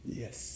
yes